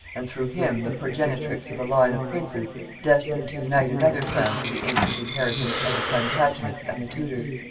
and through him the progenitrix of a line of princes destined to unite another crown to the ancient inheritance of the plantagenets and the tudors.